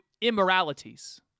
immoralities